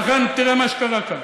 לכן, תראה מה שקרה כאן,